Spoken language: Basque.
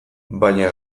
baina